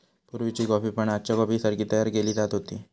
पुर्वीची कॉफी पण आजच्या कॉफीसारखी तयार केली जात होती